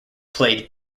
played